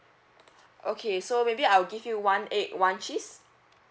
okay so maybe I will give you one egg one cheese